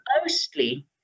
mostly